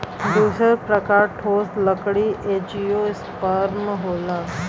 दूसर प्रकार ठोस लकड़ी एंजियोस्पर्म होला